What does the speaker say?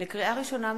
לקריאה ראשונה,